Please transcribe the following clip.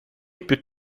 più